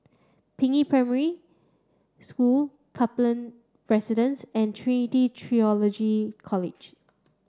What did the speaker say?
Peiying Primary School Kaplan Residence and Trinity Theological College